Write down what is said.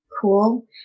Cool